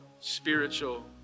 spiritual